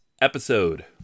episode